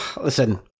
listen